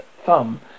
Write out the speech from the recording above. thumb